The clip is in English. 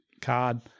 card